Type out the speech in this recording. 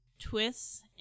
twists